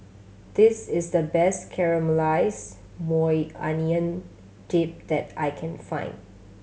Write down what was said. this is the best Caramelized Maui Onion Dip that I can find